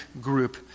group